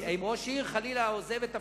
אם ראש עיר, חלילה, עוזב את תפקידו,